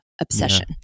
obsession